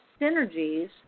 synergies